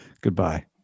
Goodbye